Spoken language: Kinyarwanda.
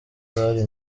zari